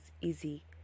easy